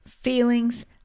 feelings